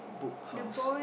Book House